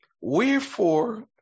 Wherefore